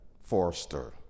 Forster